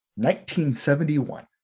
1971